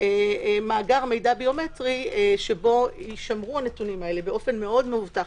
מאגר מידע ביומטרי שבו יישמרו הנתונים האלה באופן מאוד מאובטח,